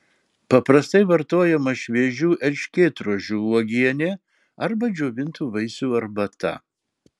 paprastai vartojama šviežių erškėtrožių uogienė arba džiovintų vaisių arbata